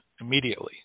immediately